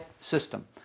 system